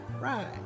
Right